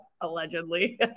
Allegedly